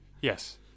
Yes